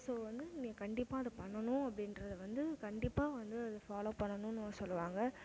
so வந்து நீ கண்டிப்பாக அதை பண்ணணும் அப்படின்றது வந்து கண்டிப்பாக வந்து அது ஃபாலோ பண்ணணுன்னு சொல்லுவாங்க